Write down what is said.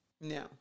No